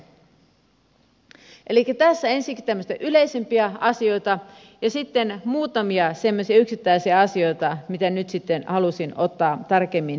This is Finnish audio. elikkä tässä ensiksikin tämmöisiä yleisempiä asioita ja sitten muutamia semmoisia yksittäisiä asioita joita nyt sitten halusin ottaa tarkemmin esille